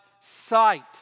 sight